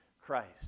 Christ